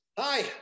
Hi